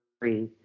three